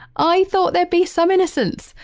i thought there'd be some innocence,